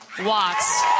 Watts